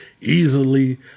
easily